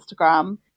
instagram